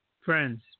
friends